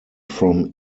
from